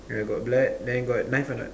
ya got blood then got knife or not